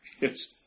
Yes